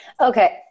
Okay